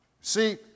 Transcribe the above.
See